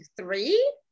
three